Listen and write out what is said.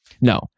No